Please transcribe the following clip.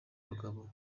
abagabo